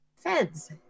Feds